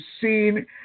seen